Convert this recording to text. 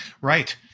Right